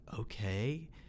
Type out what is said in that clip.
okay